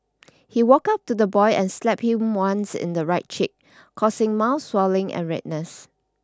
he walked up to the boy and slapped him once in the right cheek causing mild swelling and redness